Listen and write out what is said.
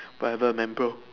whatever man bro